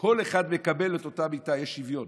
כל אחד מקבל את אותה מיטה, יש שוויון,